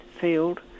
Field